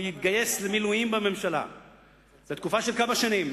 והוא התגייס למילואים בממשלה, זה תקופה של כמה שנים,